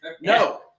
No